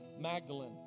Magdalene